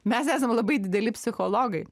mes esam labai dideli psichologai